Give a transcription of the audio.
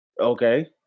Okay